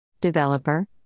Developer